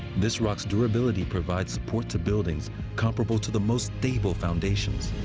this rock's durability provides support to buildings comparable to the most stable foundations.